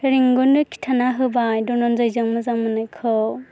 रेंगुननो खिन्थाना होबाय धनन्जयजों मोजां मोननायखौ